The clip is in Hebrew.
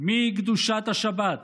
מקדושת השבת